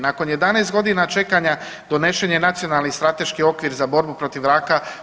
Nakon 11 godina čekanja donesen je Nacionalni strateški okvir za borbu protiv raka.